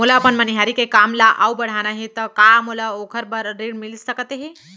मोला अपन मनिहारी के काम ला अऊ बढ़ाना हे त का मोला ओखर बर ऋण मिलिस सकत हे?